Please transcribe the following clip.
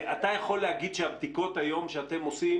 אתה יכול להגיד שהבדיקות היום שאתם עושים